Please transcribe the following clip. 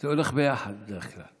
זה הולך ביחד בדרך כלל.